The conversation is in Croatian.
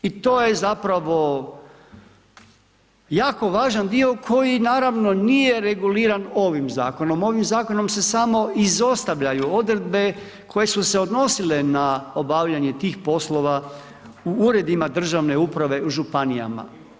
I to je zapravo jako važan dio koji naravno nije reguliran ovim zakonom, ovim zakonom se samo izostavljaju odredbe koje su se odnosile na obavljanje tih poslova u uredima državne uprave, županijama.